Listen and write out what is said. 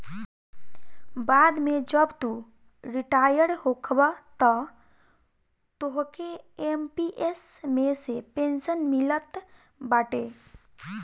बाद में जब तू रिटायर होखबअ तअ तोहके एम.पी.एस मे से पेंशन मिलत बाटे